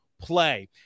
play